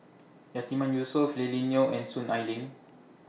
Yatiman Yusof Lily Neo and Soon Ai Ling